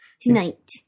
tonight